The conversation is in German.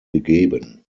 gegeben